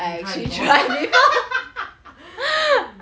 you try before